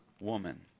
woman